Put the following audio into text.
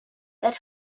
that